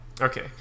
Okay